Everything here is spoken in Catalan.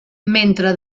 mentre